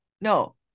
no